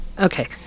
Okay